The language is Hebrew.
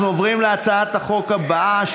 אנחנו עוברים להצעת החוק הבאה,